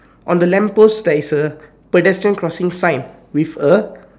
on the lamp post there is a the pedestrian crossing sign with a